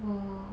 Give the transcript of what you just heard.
我